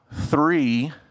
three